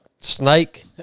snake